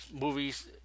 movies